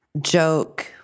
joke